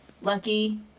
lucky